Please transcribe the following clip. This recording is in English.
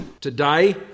Today